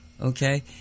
Okay